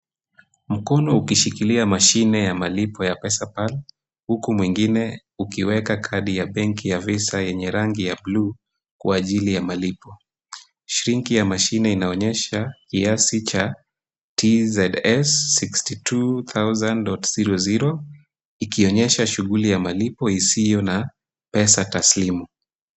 Mkono ikishikilia simu ya malipo ya Pesa Pan, huku mwingine ukiweka kadi ya benki ya visa yenye rangi ya bluu kwa ajili ya malipo. Inki ya mashine inaonyesha, kiasi cha TZS 62,000.00 ikionyesha shughuli ya malipo isiyo na pesa taslimu.